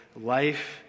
life